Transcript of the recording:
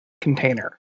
container